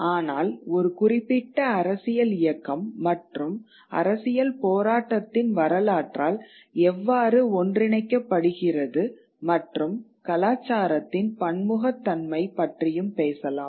ஆனால் ஒரு குறிப்பிட்ட அரசியல் இயக்கம் மற்றும் அரசியல் போராட்டத்தின் வரலாற்றால் எவ்வாறு ஒன்றிணைக்கபடுகிறது மற்றும் கலாச்சாரத்தின் பன்முகத்தன்மை பற்றியும் பேசலாம்